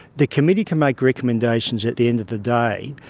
the committee can make recommendations at the end of the day,